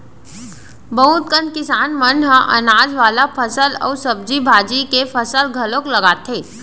बहुत कन किसान मन ह अनाज वाला फसल अउ सब्जी भाजी के फसल घलोक लगाथे